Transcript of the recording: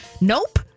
Nope